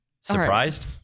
Surprised